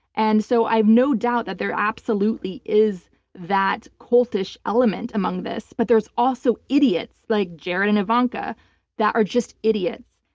and so i have no doubt that there absolutely is that cultish element among this, but there's also idiots like jared and ivanka that are just idiots.